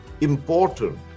important